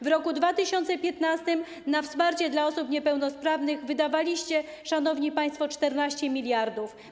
W roku 2015 na wsparcie dla osób niepełnosprawnych wydaliście, szanowni państwo, 14 mld.